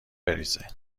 بریزه